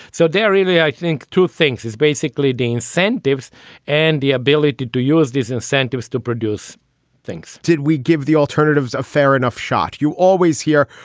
so dariela, i think two things is basically the incentives and the ability to to use these incentives to produce things did we give the alternatives a fair enough shot? you always hear,